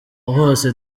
hose